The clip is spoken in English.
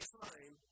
time